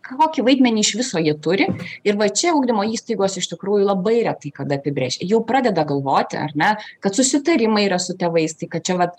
kokį vaidmenį iš viso jie turi ir va čia ugdymo įstaigos iš tikrųjų labai retai kada apibrėžia jau pradeda galvoti ar ne kad susitarimai yra su tėvais tai kad čia vat